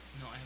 No